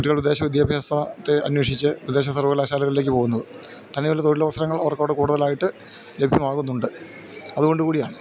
കുട്ടികൾ വിദേശ വിദ്യാഭ്യാസത്തെ അന്വേഷിച്ച് വിദേശ സർവകലാശാലകളിലേക്ക് പോകുന്നത് തന്നെയുമല്ല തൊഴിലവസരങ്ങൾ അവർക്ക് അവിടെ കൂടുതലായിട്ട് ലഭ്യമാകുന്നുണ്ട് അതുകൊണ്ടു കൂടിയാണ്